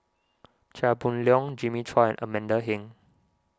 Chia Boon Leong Jimmy Chua and Amanda Heng